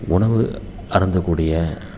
உணவு அருந்தக்கூடிய